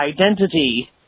identity